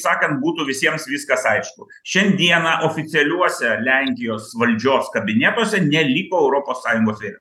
sakant būtų visiems viskas aišku šiandieną oficialiuose lenkijos valdžios kabinetuose neliko europos sąjungos vėliavos